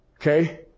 Okay